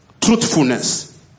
Truthfulness